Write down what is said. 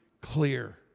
clear